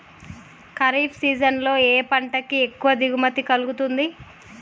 Kharif season లో ఏ పంట కి ఎక్కువ దిగుమతి కలుగుతుంది?